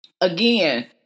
Again